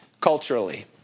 culturally